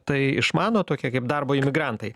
tai išmano tokie kaip darbo imigrantai